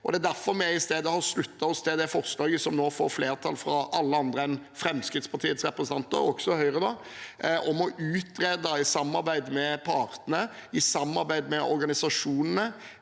Det er derfor vi i stedet har sluttet oss til det forslaget til vedtak som nå får flertall – fra alle andre enn Fremskrittspartiet – også fra Høyre, om å utrede, i samarbeid med partene, i samarbeid med organisasjonene